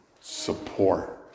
Support